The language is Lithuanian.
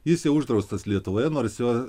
jis jau uždraustas lietuvoje nors jo